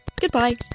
Goodbye